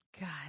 god